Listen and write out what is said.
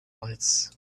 lights